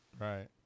Right